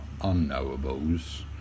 unknowables